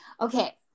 Okay